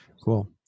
cool